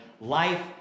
life